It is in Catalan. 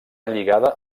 lligada